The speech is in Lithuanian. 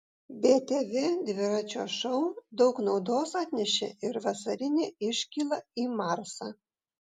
btv dviračio šou daug naudos atnešė ir vasarinė iškyla į marsą